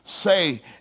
say